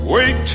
Wait